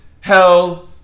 hell